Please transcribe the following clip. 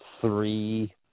three